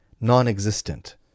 non-existent